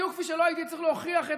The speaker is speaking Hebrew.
בדיוק כפי שלא הייתי צריך להוכיח את